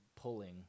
pulling